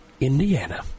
Indiana